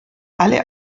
alle